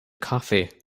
coffee